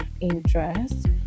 interest